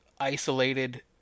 isolated